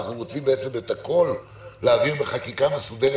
אנחנו רוצים להעביר את הכול בחקיקה מסודרת,